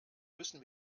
müssen